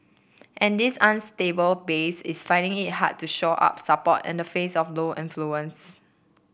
and this unstable base is finding it hard to shore up support and the face of low influence